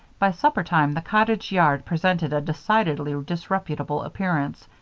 by supper time the cottage yard presented a decidedly disreputable appearance.